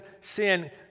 sin